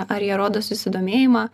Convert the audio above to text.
ar jie rodo susidomėjimą